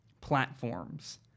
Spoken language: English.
platforms